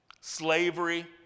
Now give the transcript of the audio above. slavery